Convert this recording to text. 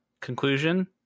Conclusion